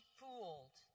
fooled